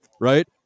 right